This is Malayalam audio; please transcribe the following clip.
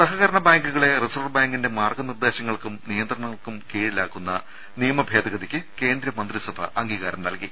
സഹകരണ ബാങ്കുകളെ റിസർവ്വ് ബാങ്കിന്റെ മാർഗ്ഗനിർദ്ദേശ ങ്ങൾക്കും നിയന്ത്രണങ്ങൾക്കും കീഴിലാക്കുന്ന നിയമ ഭേദഗതിക്ക് കേന്ദ്രമന്ത്രിസഭ അംഗീകാരം നൽകി